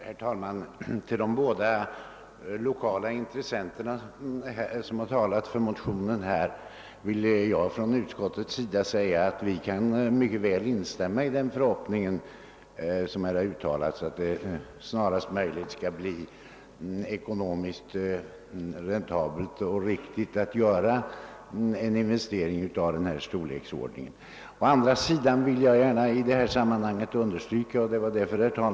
Herr talman! Till de båda företrädare för de lokala intressena som talat för motionerna vill jag som utskottets talesman säga att vi mycket väl kan instämma i förhoppningen att det inte skall dröja alltför länge innan det blir räntabelt och från ekonomisk synpunkt riktigt att göra en investering av den storleksordning det här gäller.